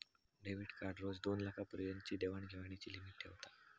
debit card रोज दोनलाखा पर्यंतची देवाण घेवाणीची लिमिट ठेवता